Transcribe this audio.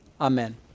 Amen